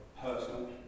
personal